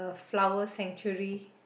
flowers century